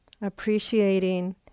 appreciating